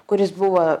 kuris buvo